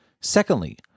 Secondly